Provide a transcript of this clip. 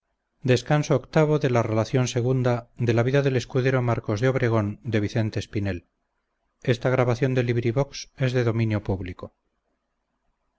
la donosa narración de las aventuras del escudero marcos de obregón